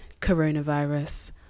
coronavirus